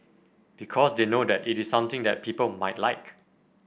because they know that it is something that people might like